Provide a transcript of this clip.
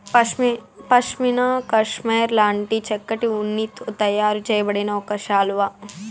pashmina cashmere లాంటి చక్కటి ఉన్నితో తయారు చేయబడిన ఒక శాలువా